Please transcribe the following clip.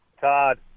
Todd